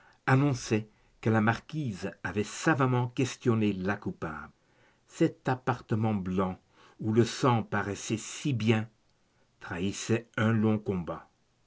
annonçaient que la marquise avait savamment questionné la coupable cet appartement blanc où le sang paraissait si bien trahissait un long combat